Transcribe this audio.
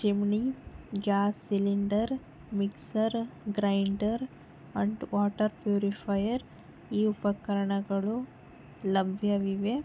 ಚಿಮ್ಣಿ gas cylinder mixer grinder and water purifier ಈ ಉಪಕರಣಗಳು ಲಭ್ಯವಿವೆ